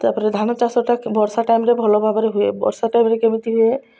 ତା'ପରେ ଧାନ ଚାଷଟା ବର୍ଷା ଟାଇମ୍ରେ ଭଲ ଭାବରେ ହୁଏ ବର୍ଷା ଟାଇମ୍ରେ କେମିତି ହୁଏ